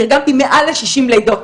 תרגמתי מעל לשישים לידות.